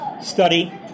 study